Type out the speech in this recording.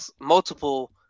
multiple